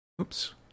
Oops